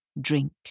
drink